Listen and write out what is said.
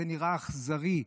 זה נראה אכזרי,